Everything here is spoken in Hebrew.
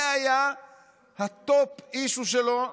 זה היה ה-top issue שלו,